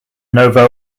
novo